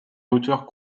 auteurs